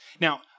Now